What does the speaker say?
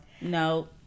No